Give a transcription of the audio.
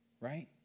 Right